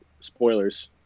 Spoilers